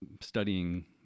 Studying